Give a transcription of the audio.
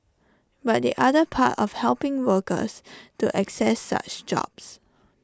but the other part of helping workers to access such jobs